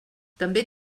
també